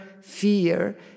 fear